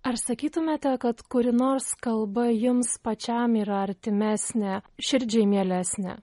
ar sakytumėte kad kuri nors kalba jums pačiam yra artimesnė širdžiai mielesnė